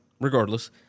regardless